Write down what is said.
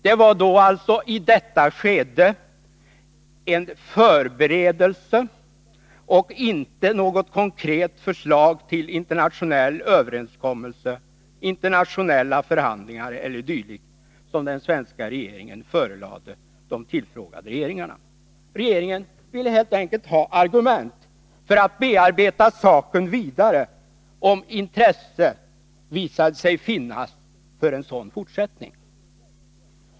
Det var alltså i detta skede en förberedelse och inte något konkret förslag till internationell överenskommelse, internationella förhandlingar e. d., som den svenska regeringen förelade de tillfrågade regeringarna. Regeringen ville helt enkelt ha argument för att bearbeta saken vidare, om intresse visade sig finnas för en sådan fortsättning.